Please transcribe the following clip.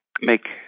make